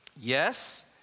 Yes